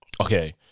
okay